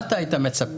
מה אתה היית מצפה?